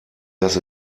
dass